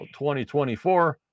2024